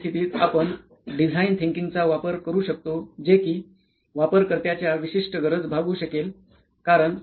अश्या परिस्थितीत आपण डिझाईन थिंकिंगचा वापर करू शकतो जे कि वापरकर्त्याच्या विशिष्ट गरज भागवू शकेल